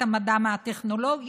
את המדע מהטכנולוגיה.